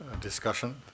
discussion